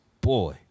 boy